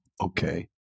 okay